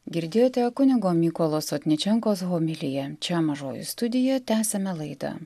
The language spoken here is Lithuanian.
girdėjote kunigo mykolo sotničenkos homiliją čia mažoji studija tęsėme laidą